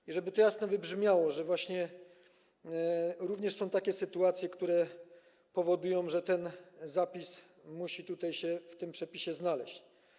I żeby to jasno wybrzmiało, że są również takie sytuacje, które powodują, że ten zapis musi tutaj się w tym przepisie znaleźć.